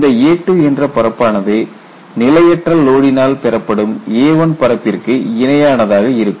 இந்த A2 என்ற பரப்பானது நிலையற்ற லோடினால் பெறப்படும் A1 பரப்பிற்கு இணையானதாக இருக்கும்